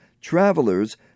travelers